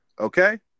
Okay